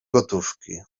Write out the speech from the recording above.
gotówki